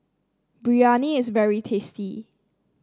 biryani is very tasty